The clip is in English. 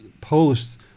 posts